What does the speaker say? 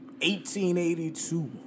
1882